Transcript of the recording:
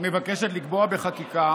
מבקשת לקבוע בחקיקה